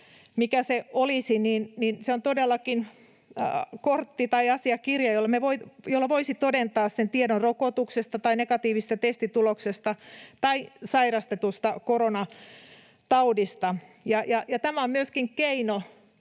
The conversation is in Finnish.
‑passi, olisi. Se on todellakin kortti tai asiakirja, jolla voisi todentaa tiedon rokotuksesta tai negatiivisesta testituloksesta tai sairastetusta koronataudista. Tämä on myöskin keino